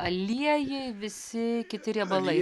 aliejai visi kiti riebalai